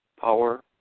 power